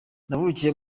navukiye